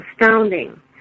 astounding